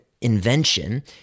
invention